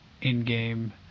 in-game